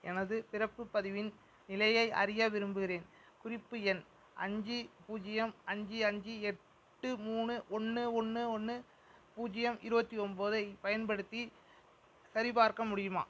எனது பிறப்பு பதிவின் நிலையை அறிய விரும்புகிறேன் குறிப்பு எண் அஞ்சு பூஜ்யம் அஞ்சு அஞ்சு எட்டு மூணு ஒன்று ஒன்று ஒன்று பூஜ்யம் இருபத்தி ஒன்பதைப் பயன்படுத்தி சரிபார்க்க முடியுமா